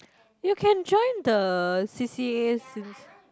you can join the C_C_As since